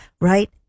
right